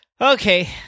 Okay